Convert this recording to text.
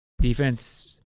Defense –